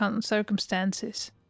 circumstances